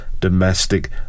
domestic